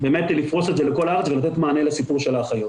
באמת לפרוש את זה לכל הארץ ולתת מענה לסיפור של האחיות.